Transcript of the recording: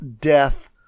death